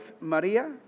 Maria